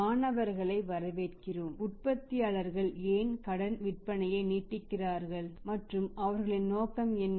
மாணவர்களை வரவேற்கிறோம் உற்பத்தியாளர்கள் ஏன் கடன் விற்பனையை நீட்டிக்கிறார்கள் மற்றும் அவர்களின் நோக்கம் என்ன